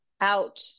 out